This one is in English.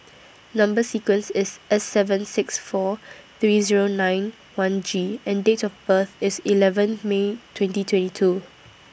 Number sequence IS S seven six four three Zero nine one G and Date of birth IS eleven May twenty twenty two